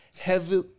heavy